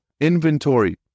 Inventory